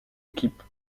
équipe